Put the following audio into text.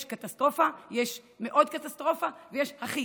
יש קטסטרופה, יש מאוד קטסטרופה ויש הכי.